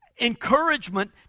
Encouragement